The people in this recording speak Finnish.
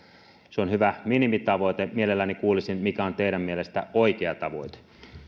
on hyvä minimitavoite mielelläni kuulisin mikä on teidän mielestänne oikea tavoite